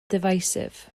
divisive